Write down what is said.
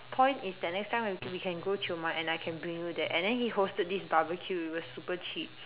point is that next time when we can go Tioman and I can bring you there and then he hosted this barbeque it was super cheap